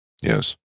yes